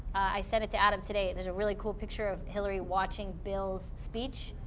i sent it to adam today there's a really cool picture of hillary watching bill's speech.